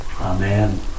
Amen